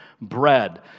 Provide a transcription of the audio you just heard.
bread